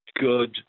good